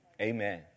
Amen